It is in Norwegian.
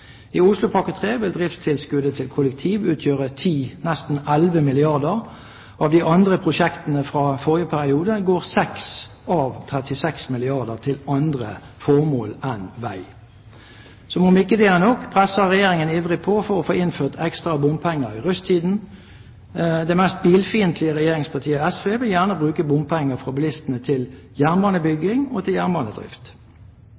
I Oslopakke 3 vil driftstilskudd til kollektiv utgjøre 10, nesten 11 milliarder kr. Av de andre prosjektene fra forrige periode går 6 av 36 milliarder kr til andre formål enn vei. Som om ikke det er nok, presser Regjeringen ivrig på for å få innført ekstra bompenger i rushtiden. Det mest bilfiendtlige regjeringspartiet, SV, vil gjerne bruke bompenger fra bilistene til